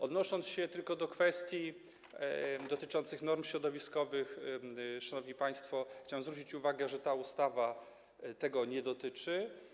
Odnosząc się tylko do kwestii dotyczących norm środowiskowych, szanowni państwo, chciałem zwrócić uwagę, że ta ustawa tego nie dotyczy.